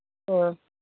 ꯑꯥ